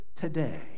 today